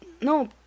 No